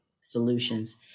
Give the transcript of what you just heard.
solutions